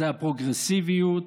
זה הפרוגרסיביות